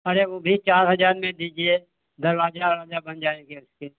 अरे उ भी चार हज़ार में दीजिए दरवाज़े उरवाज़े बन जाएँगे उसके